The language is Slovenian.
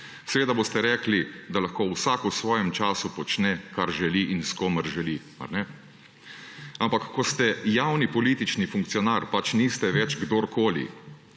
Seveda boste rekli, da lahko vsak v svojem času počne, kar želi in s komer želi. Mar ne? Ampak ko ste javni politični funkcionar, pač niste več kdorkoli.